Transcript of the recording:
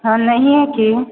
हँ नहिए की